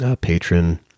Patron